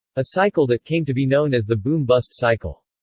a cycle that came to be known as the boom-bust cycle.